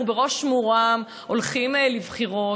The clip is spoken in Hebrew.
אנחנו בראש מורם הולכים לבחירות.